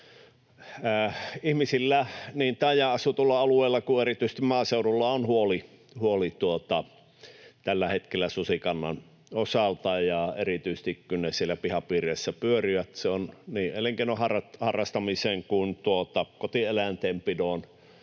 Ihmisillä niin taajaan asutuilla alueilla kuin erityisesti maaseudulla on huoli tällä hetkellä susikannan osalta, ja erityisesti kun ne siellä pihapiireissä pyörivät, on niin elinkeinon harrastamisen kuin kotieläintenpidon